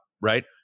right